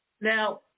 Now